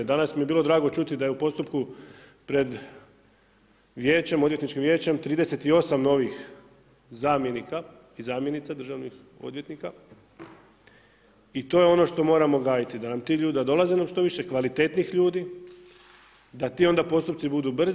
Danas mi je bilo drago čuti da je u postupku pred Odvjetničkim vijećem 38 novih zamjenika i zamjenica državnih odvjetnika i to je ono što moramo gajiti, da nam ti ljudi dolaze što više kvalitetnih ljudi, da ti onda postupci budu brzi.